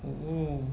!woo!